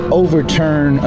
overturn